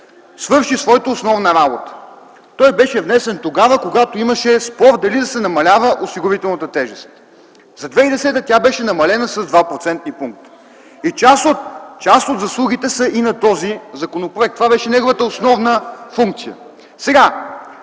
свърши своята основна работа. Той беше внесен тогава, когато имаше спор дали да се намалява осигурителната тежест. За 2010 г. тя беше намалена с 2-процентни пункта и част от заслугите са и на този законопроект. Това беше неговата основна функция.